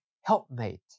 helpmate